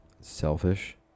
selfish